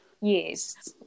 Yes